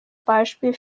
beispiel